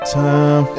time